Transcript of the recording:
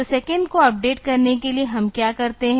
तो सेकंड को अपडेट करने के लिए हम क्या करते हैं